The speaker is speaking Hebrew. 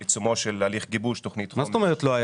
בעיצומו של הליך גיבוש של תוכנית חומש --- מה זאת אומרת "לא היה"?